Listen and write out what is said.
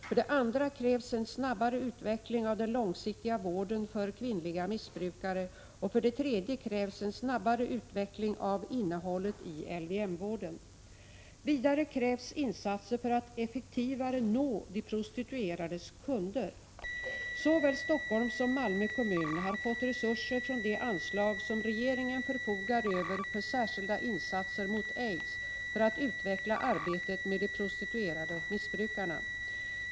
För det andra krävs en snabbare utveckling av den långsiktiga vården för kvinnliga missbrukare, och för det tredje krävs en snabbare utveckling av innehållet i LYM-vården. Vidare krävs insatser för att effektivare nå de prostituerades kunder. Såväl Stockholms som Malmö kommun har fått resurser från det anslag som regeringen förfogar över för särskilda insatser mot aids för att utveckla arbetet med de prostituerade missbrukarna.